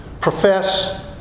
profess